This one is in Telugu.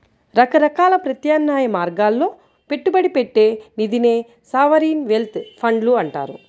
రకరకాల ప్రత్యామ్నాయ మార్గాల్లో పెట్టుబడి పెట్టే నిధినే సావరీన్ వెల్త్ ఫండ్లు అంటారు